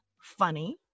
funny